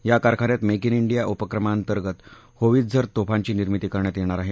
या कारखान्यात make in India उपक्रमांतर्गत होवित्झर तोफांची निर्मिती करण्यात येणार आहे